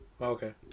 okay